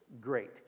great